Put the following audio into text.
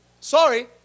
sorry